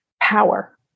power